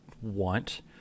want